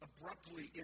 abruptly